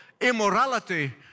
immorality